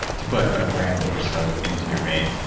to put a gram or so into your vein.